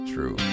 True